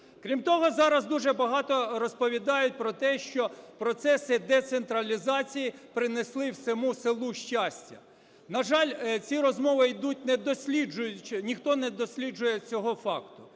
Крім того, зараз дуже багато розповідають про те, що процеси децентралізації принесли всьому селу щастя. На жаль, ці розмови ідуть не досліджуючи... ніхто не досліджує цього факту.